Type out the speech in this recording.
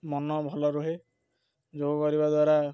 ମନ ଭଲ ରୁହେ ଯୋଗ କରିବା ଦ୍ୱାରା